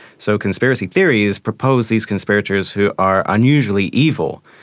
so conspiracy theory has proposed these conspirators who are unusually evil.